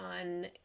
on